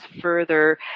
further